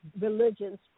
religions